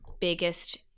biggest